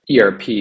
ERP